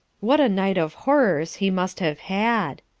what a night of horrors he must have had!